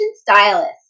stylist